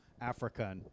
Africa